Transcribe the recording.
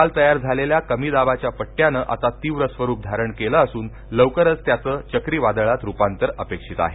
काल तयार झालेल्या कमीदाबाच्या पट्टयानं आता तीव्र स्वरूप धारण केलं असून लवकरच त्याचं चक्रीवादळात रुपांतर अपेक्षित आहे